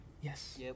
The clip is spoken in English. Yes